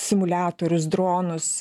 simuliatorius dronus